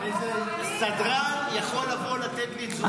איזה סדרן יכול לבוא לתת לי תזוזה.